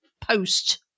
post